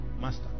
master